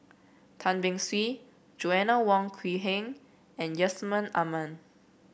Tan Beng Swee Joanna Wong Quee Heng and Yusman Aman